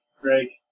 Greg